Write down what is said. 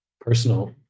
personal